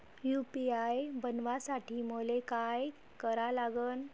UPI बनवासाठी मले काय करा लागन?